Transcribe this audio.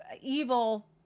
evil